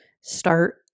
start